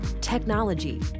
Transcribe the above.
technology